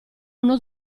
uno